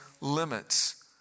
limits